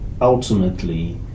ultimately